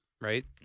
right